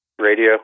radio